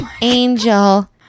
angel